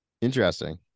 interesting